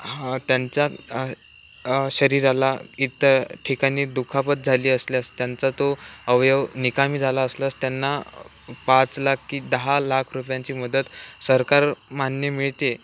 हा त्यांचा शरीराला इतर ठिकाणी दुखापत झाली असल्यास त्यांचा तो अवयव निकामी झाला असल्यास त्यांना पाच लाख की दहा लाख रुपयांची मदत सरकार मान्य मिळते